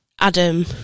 Adam